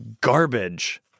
garbage